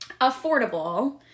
affordable